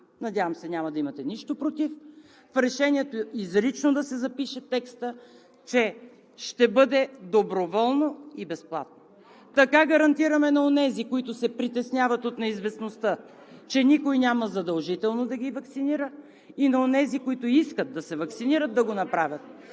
надявам се, няма да имате нищо против, че ще бъде доброволно и безплатно. Така гарантираме на онези, които се притесняват от неизвестността, че никой няма задължително да ги ваксинира, и на онези, които искат да се ваксинират, да го направят.